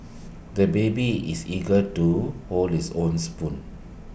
the baby is eager to hold his own spoon